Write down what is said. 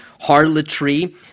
harlotry